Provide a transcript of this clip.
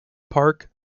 park